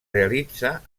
realitza